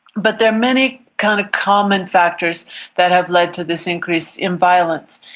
but there are many kind of common factors that have led to this increase in violence.